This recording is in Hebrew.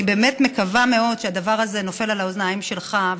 אני באמת מקווה מאוד שהדבר הזה נופל על האוזניים שלך,